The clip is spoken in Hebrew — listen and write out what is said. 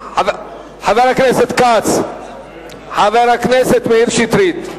חבר הכנסת מאיר שטרית.